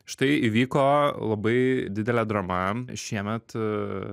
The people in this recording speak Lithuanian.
štai įvyko labai didelė drama šiemet